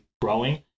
growing